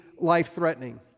life-threatening